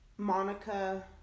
Monica